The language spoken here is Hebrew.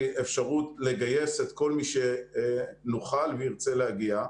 אפשרות לגייס את כל מי שנוכל וירצה להגיע,